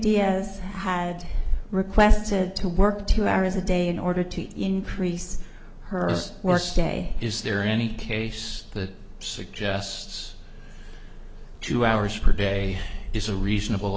diaz had requested to work two hours a day in order to increase her worst day is there any case that suggests two hours per day is a reasonable